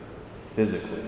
physically